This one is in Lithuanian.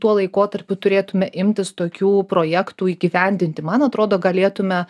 tuo laikotarpiu turėtume imtis tokių projektų įgyvendinti man atrodo galėtume